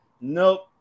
Nope